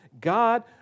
God